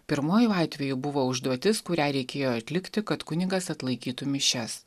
pirmuoju atveju buvo užduotis kurią reikėjo atlikti kad kunigas atlaikytų mišias